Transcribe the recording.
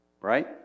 Right